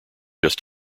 just